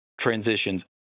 transitions